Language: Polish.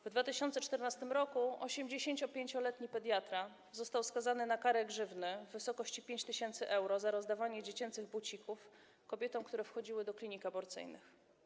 W 2014 r. 85-letni pediatra został skazany na karę grzywny w wysokości 5 tys. euro za rozdawanie dziecięcych bucików kobietom, które wchodziły do klinik aborcyjnych.